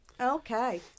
okay